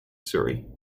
surrey